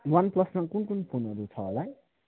one प्लसमा कुन कुन फोनहरू छ होला है